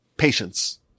Patience